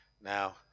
Now